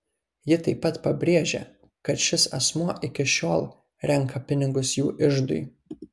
ji taip pat pabrėžė kad šis asmuo iki šiol renka pinigus jų iždui